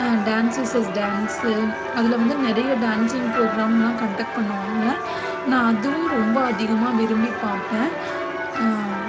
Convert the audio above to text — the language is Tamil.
டான்ஸ் வெஸ்சஸ் டான்ஸ் அதில் வந்து நிறையா டான்சிங் ப்ரோகிராம்லாம் கண்டக்ட் பண்ணுவாங்க நான் அதுவும் ரொம்ப அதிகமாக விரும்பி பார்ப்பேன்